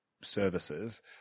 services